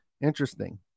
Interesting